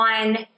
on